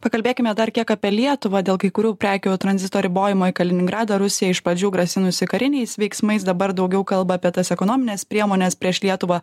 pakalbėkime dar kiek apie lietuvą dėl kai kurių prekių tranzito ribojimo į kaliningradą rusija iš pradžių grasinusi kariniais veiksmais dabar daugiau kalba apie tas ekonomines priemones prieš lietuvą